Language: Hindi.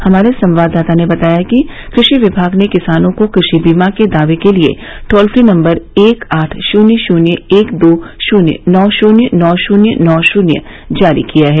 हमारे संवाददाता ने बताया है कि क्रषि विभाग ने किसानों को क्रषि बीमा के दावे के लिए टोलफ्री नम्बर एक आठ शून्य शून्य एक दो शून्य नौ शून्य नौ शून्य नौ शून्य जारी किया है